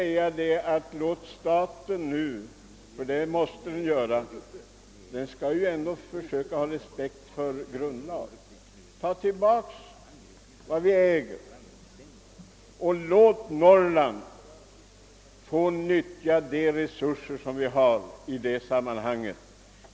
Emellertid måste staten i alla fall ha respekt för grundlagen och ta tillbaka vad den äger. Låt Norrland få nyttja de resurser som vi har.